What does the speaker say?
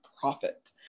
profit